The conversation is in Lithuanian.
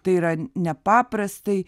tai yra nepaprastai